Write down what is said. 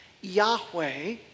Yahweh